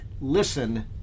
listen